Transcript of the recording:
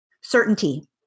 certainty